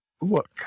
Look